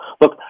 Look